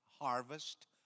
harvest